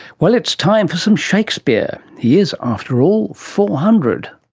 well, it's time for some shakespeare. he is, after all, four hundred.